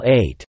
eight